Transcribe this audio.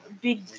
big